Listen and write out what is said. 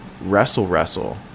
wrestle-wrestle